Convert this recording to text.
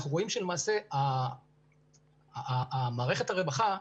אנחנו רואים שלמעשה למערכת הרווחה,